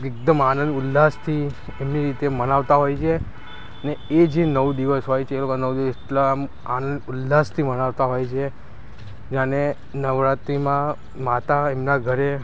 એકદમ આનંદ ઉલ્લાસથી એમની રીતે મનાવતા હોય છે ને એ જે નવ દિવસ હોય છે એ લોકો એટલા આમ એટલા આનંદ ઉલ્લાસથી મનાવતા હોય છે જાણે નવરાત્રીમાં માતા એમના ઘરે